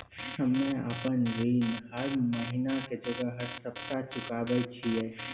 हम्मे आपन ऋण हर महीना के जगह हर सप्ताह चुकाबै छिये